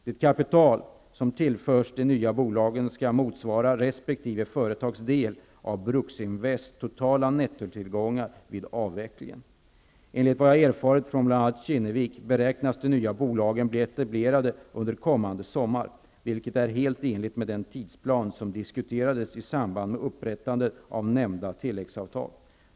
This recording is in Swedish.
Det kapital som tillförs de nya bolagen skall motsvara resp. företags del av Enligt vad jag erfarit från bl.a. Kinnevik beräknas de nya bolagen bli etablerade under kommande sommar, vilket är helt i enlighet med den tidsplan som diskuterades i samband med upprättandet av nämnda tilläggsavtal.